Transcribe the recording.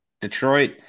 Detroit